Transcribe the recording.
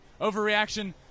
overreaction